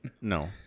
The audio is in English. No